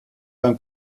beim